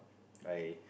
I